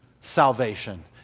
salvation